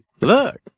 look